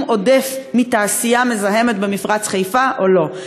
עודף מתעשייה מזהמת במפרץ-חיפה או לא.